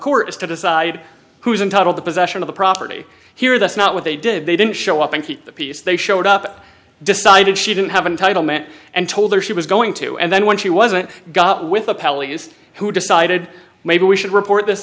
court is to decide who is entitled the possession of the property here that's not what they did they didn't show up and keep the peace they showed up decided she didn't have a title meant and told her she was going to and then when she wasn't got with appellate youth who decided maybe we should report this